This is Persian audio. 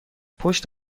پشت